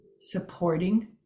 supporting